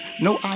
No